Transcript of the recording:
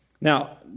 Now